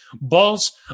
balls